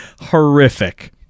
horrific